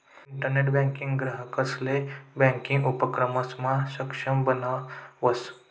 internet banking ग्राहकंसले banking उपक्रमसमा सक्षम बनावस